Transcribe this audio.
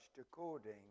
according